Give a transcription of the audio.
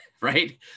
right